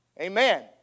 Amen